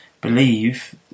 believe